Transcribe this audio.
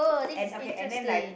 and okay and then like